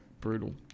Brutal